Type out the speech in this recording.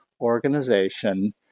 organization